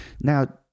Now